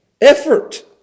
Effort